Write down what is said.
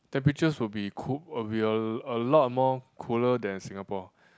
temperatures will be cool will a lot more cooler than Singapore